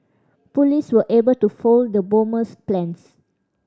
police were able to foil the bomber's plans